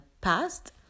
past